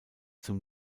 zum